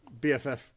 BFF